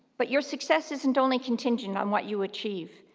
but your success isn't only contingent on what you achieve,